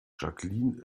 jacqueline